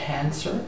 cancer